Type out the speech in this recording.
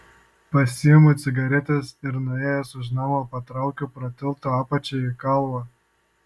pasiimu cigaretes ir nuėjęs už namo patraukiu pro tilto apačią į kalvą